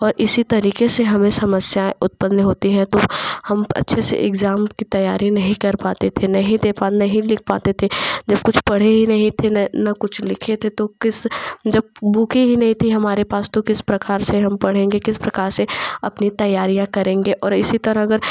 और इसी तरीके से हमें समस्याएं उत्पन्न होती है तो हम जैसे इग्जाम की तैयारी नहीं कर पाते थे नहीं दे नहीं लिख पाते थे जब कुछ पढ़े ही नहीं थे न न कुछ लिखे थे तो किस जब बुक ही नहीं थी हमारे पास तो हम किस प्रकार से हम पढ़ेंगे किस प्रकार से अपनी तैयारियां करेंगे और इसी तरह अगर